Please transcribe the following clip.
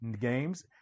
games